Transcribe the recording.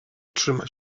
trzyma